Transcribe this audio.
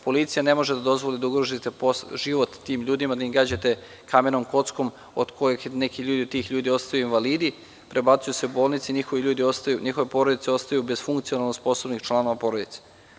Policija ne može da dozvoli da ugrozite život tim ljudima, da ih gađate kamenom kockom, od kojih neki od tih ljudi ostaju invalidi, prebacuju se u bolnice i njihove porodice ostaju bez funkcionalno sposobnih članova porodice.